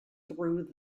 through